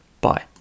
Bye